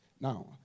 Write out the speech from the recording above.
Now